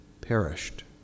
perished